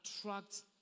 attracts